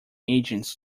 agents